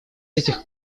этих